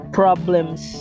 problems